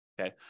okay